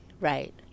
right